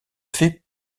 faits